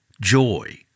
joy